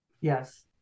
Yes